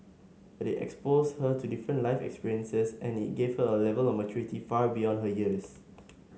but it exposed her to different life experiences and it gave her A Level of maturity far beyond her years